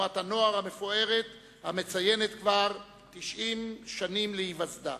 תנועת הנוער המפוארת המציינת כבר 90 שנים להיווסדה.